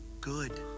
good